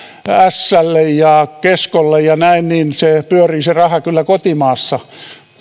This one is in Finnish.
slle ja keskolle ja näin niin se raha pyörii kyllä kotimaassa